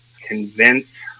convince